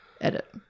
edit